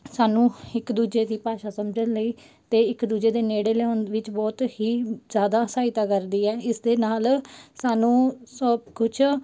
ਸਾਨੂੰ ਇੱਕ ਦੂਜੇ ਦੀ ਭਾਸ਼ਾ ਸਮਝਣ ਲਈ ਅਤੇ ਇੱਕ ਦੂਜੇ ਦੇ ਨੇੜੇ ਲਿਆਉਣ ਵਿੱਚ ਬਹੁਤ ਹੀ ਜ਼ਿਆਦਾ ਸਹਾਇਤਾ ਕਰਦੀ ਹੈ ਇਸ ਦੇ ਨਾਲ ਸਾਨੂੰ ਸਭ ਕੁਝ